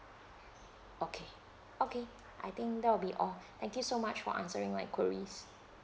okay okay I think that will be all thank you so much for answering my queries